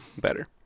Better